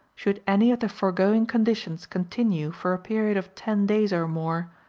should any of the foregoing conditions continue for a period of ten days or more,